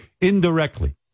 indirectly